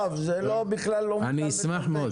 זה בכלל לא --- אני אשמח מאוד.